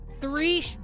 three